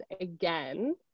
again